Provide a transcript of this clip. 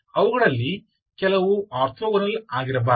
ಅವುಗಳಲ್ಲಿ ಕೆಲವು ಆರ್ಥೋಗೋನಲ್ ಆಗಿರಬಾರದು